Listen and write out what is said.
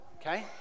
okay